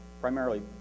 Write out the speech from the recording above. primarily